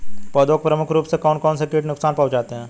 पौधों को प्रमुख रूप से कौन कौन से कीट नुकसान पहुंचाते हैं?